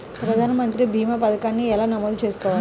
ప్రధాన మంత్రి భీమా పతకాన్ని ఎలా నమోదు చేసుకోవాలి?